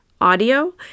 audio